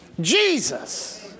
Jesus